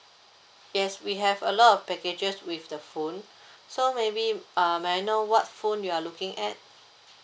yes we have a lot of packages with the phone so maybe uh may I know what phone you're looking at